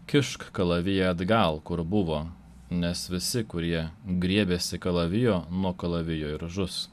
kišk kalaviją atgal kur buvo nes visi kurie griebiasi kalavijo nuo kalavijo ir žus